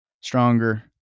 stronger